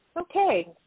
Okay